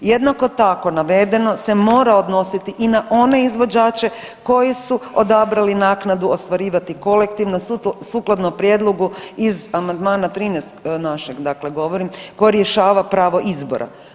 Jednako tako navedeno se mora odnositi i na one izvođače koji su odabrali naknadu ostvarivati kolektivno sukladno prijedlogu iz amandmana 13. našeg dakle govorim koje rješava pravo izbora.